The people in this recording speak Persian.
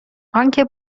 آنکه